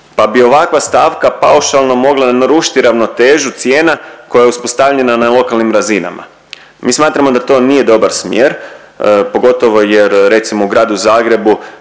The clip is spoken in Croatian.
pa bi ovakva stavka paušalna mogla narušiti ravnotežu cijena koja je uspostavljena na lokalnim razinama. Mi smatramo da to nije dobar smjer pogotovo jer recimo u gradu Zagrebu